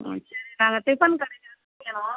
ம் நாங்கள் டிஃபன் கடையிலேருந்து பேசுகிறோம்